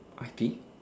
I T